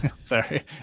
Sorry